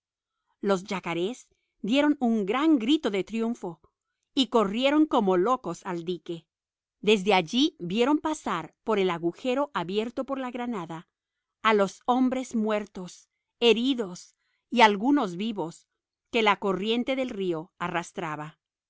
los yacarés dieron un grito de triunfo y corrieron como locos al dique desde allí vieron pasar por el agujero abierto por la granada a los hombres muertos heridos y algunos vivos que la corriente del río arrastraba